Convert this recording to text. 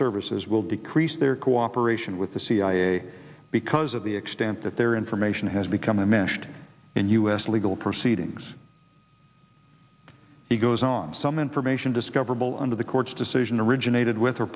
services will decrease their cooperation with the cia because of the extent that their information has become enmeshed in us legal proceedings he goes on some information discoverable under the court's decision originated with her